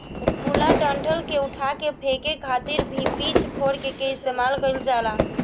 खुला डंठल के उठा के फेके खातिर भी पिच फोर्क के इस्तेमाल कईल जाला